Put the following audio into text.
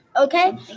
Okay